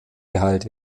geheilt